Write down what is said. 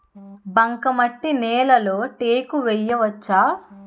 బంకమట్టి నేలలో టేకు వేయవచ్చా?